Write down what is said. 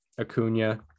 Acuna